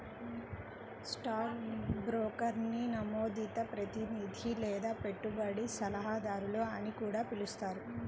stock బ్రోకర్ని నమోదిత ప్రతినిధి లేదా పెట్టుబడి సలహాదారు అని కూడా పిలుస్తారు